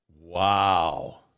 Wow